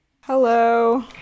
hello